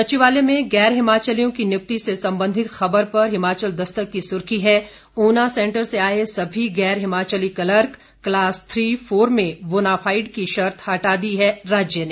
सचिवालय में गैर हिमाचलियों की नियुक्ति से संबंधित खबर पर हिमाचल दस्तक की सुर्खी है ऊना सेंटर से आए सभी गैर Himachali clerk class three four में बोनाफाइड की शर्त हटा दी है राज्य ने